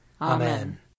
Amen